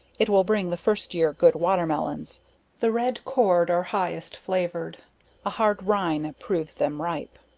it will bring the first year good water melons the red cored are highest flavored a hard rine proves them ripe.